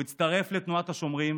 הוא הצטרף לתנועת השומרים